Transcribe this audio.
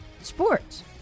sports